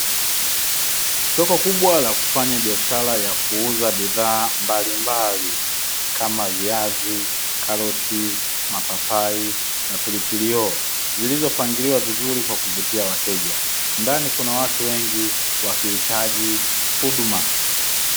Soko kubwa la kufanya biashara ya kuuza bidhaa mbalimbali, kama viazi, karoti, mapapai na pilipili hoho. Zilizopangiliwa vizuri kwa kuvutia wateja. Ndani kuna watu wengi wakihitaji huduma.